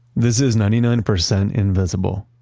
this is ninety nine percent invisible,